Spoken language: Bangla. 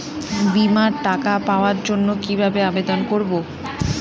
বিমার টাকা পাওয়ার জন্য কিভাবে আবেদন করব?